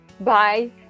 bye